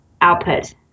output